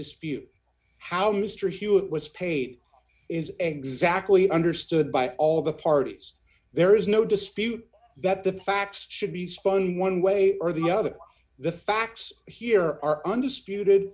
dispute how mr hewitt was paid is an exactly understood by all the parties there is no dispute that the facts should be spun one way or the other the facts here are und